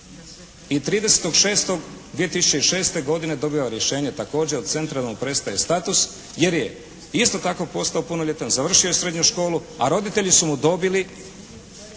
i 30.6.2006. godine dobiva rješenje također od Centra da mu prestaje status jer je isto tako postao punoljetan, završio je srednju školu, a roditelji su mu dobili